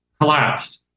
collapsed